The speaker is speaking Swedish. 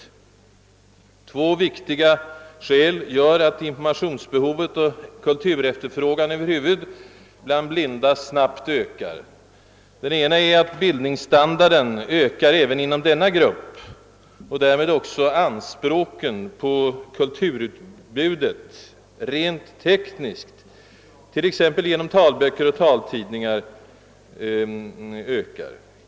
Två viktiga skäl gör att informationsbehovet och kulturefterfrågan över huvud bland blinda snabbt ökar. Det ena är att bildningsstandarden ökar även inom denna grupp och därmed också anspråken på kulturutbudet rent tekniskt, t.ex. genom talböcker och taltidningar.